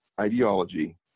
ideology